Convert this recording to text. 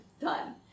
Done